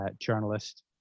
journalist